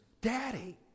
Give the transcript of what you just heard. Daddy